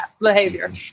behavior